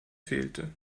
fehlte